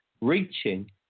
reaching